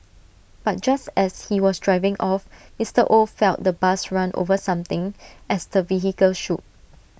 but just as he was driving off Mister oh felt the bus run over something as the vehicle shook